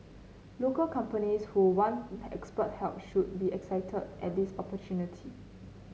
local companies who want expert help should be excited at this opportunity